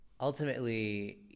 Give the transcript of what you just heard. ultimately